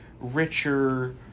richer